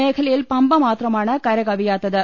മേഖലയിൽ പമ്പ മാത്രമാണ് കരകവി യാത്തത്